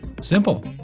simple